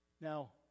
Now